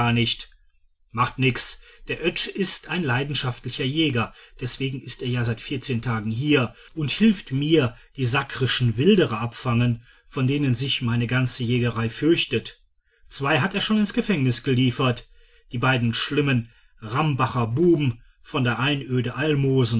nicht macht nix der oetsch ist ein leidenschaftlicher jäger deswegen ist er ja seit vierzehn tagen hier und hilft mir die sakrischen wilderer abfangen vor denen sich meine ganze jägerei fürchtet zwei hat er schon ins gefängnis geliefert die beiden schlimmen rambacherbuben von der einöde almosen